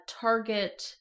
Target